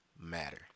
matter